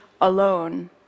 alone